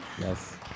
Yes